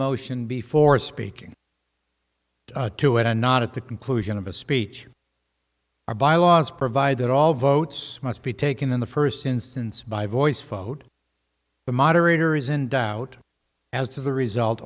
motion before speaking to it and not at the conclusion of a speech or bylaws provided that all votes must be taken in the first instance by voice vote the moderator is in doubt as to the result